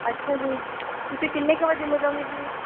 ਅੱਛਾ ਜੀ ਤੁਸੀਂ ਕਿੰਨੇ ਕੁ ਵਜੇ ਮਿਲੋਂਗੇ ਜੀ